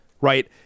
right